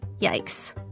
Yikes